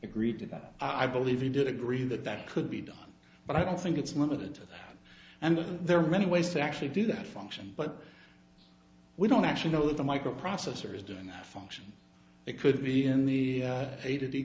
agreed to that i believe he did agree that that could be done but i don't think it's limited to that and there are many ways to actually do that function but we don't actually know the microprocessor is doing the function it could be in the a